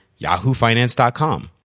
yahoofinance.com